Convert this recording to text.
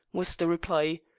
was the reply.